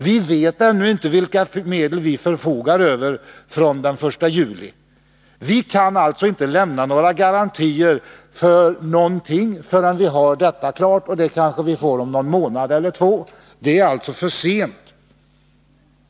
Vi vet ännu inte vilka medel vi förfogar över från den 1 juli, och vi kan alltså inte lämna några garantier för någonting förrän det är klart. Vi kanske får besked om någon månad eller två, och det är för sent.